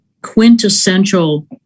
quintessential